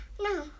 No